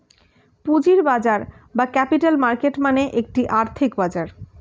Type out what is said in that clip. পুঁজির বাজার বা ক্যাপিটাল মার্কেট মানে একটি আর্থিক বাজার